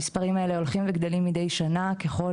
המספרים האלו הולכים וגדלים מידי שנה ככל